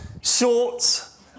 shorts